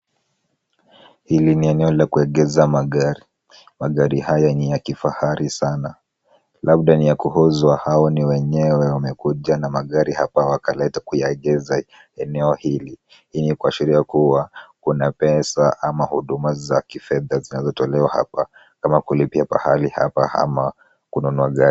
Hili ni eneo la kuegesha magari. Magari haya ni ya kifahari sana. Labda ni ya kuuzwa au ni wenyewe wamekuja na magari hapa wakaleta kuyaegesha eneo hili. Hii ni kuashiria kuwa kuna pesa ama huduma za kifedha zinazotolewa hapa, kama kulipia pahali hapa ama kununua gari.